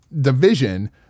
division